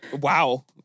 Wow